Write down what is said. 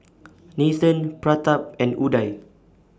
Nathan Pratap and Udai